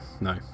No